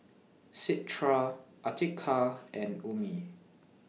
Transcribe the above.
Citra Atiqah and Ummi